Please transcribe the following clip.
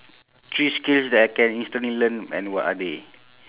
three skills that I can instantly learn and what are they